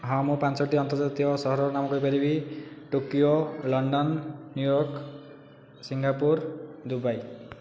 ହଁ ମୁଁ ପାଞ୍ଚଟି ଆନ୍ତର୍ଜାତୀୟ ସହରର ନାମ କହିପାରିବି Tokyo London New York Singapore Dubai